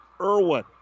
Irwin